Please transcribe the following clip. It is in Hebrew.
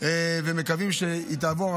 ומקווים שהיא תעבור.